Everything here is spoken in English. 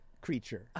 creature